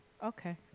Okay